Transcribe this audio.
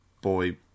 boy